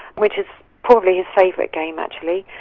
which is probably his favourite game actually,